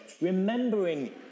remembering